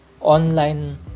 online